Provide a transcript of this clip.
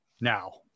now